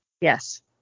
yes